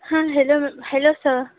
ہاں hello hello sir